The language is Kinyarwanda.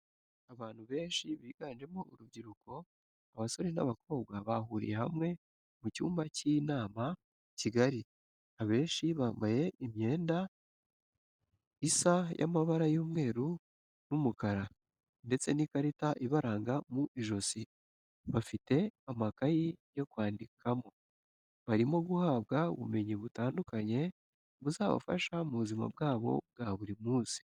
Abantu benshi biganjemo urubyiruko, abasore n'abakobwa bahuriye hamwe mu cyumba cy'inama kigari, abenshi bambaye imyenda isa y'amabara y'umweru n'umukara ndetse n'ikarita ibaranga mu ijosi bafite amakaye yo kwandikamo, barimo guhabwa ubumenyi butandukanye buzabafasha mu buzima bwabo bwa buri munsi.